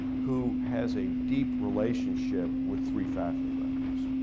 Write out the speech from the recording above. who has a deep relationship with three faculty members.